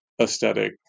aesthetic